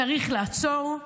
צריך לעצור,